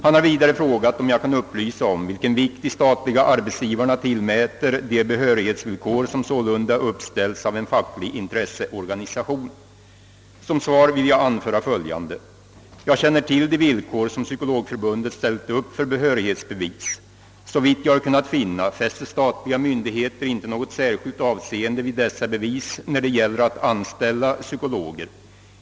Han har vidare frågat om jag kan upplysa om vilken vikt de statliga arbetsgivarna tillmäter de behörighetsvillkor som sålunda uppställs av en facklig intresseorganisation. Som svar vill jag anföra följande. Jag känner till de villkor som Psykologförbundet ställt upp för behörighetsbevis. Såvitt jag har kunnat finna fäster statliga myndigheter inte något särskilt avseende vid dessa bevis när det gäller att anställa psykologer.